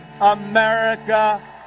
America